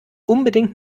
unbedingt